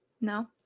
no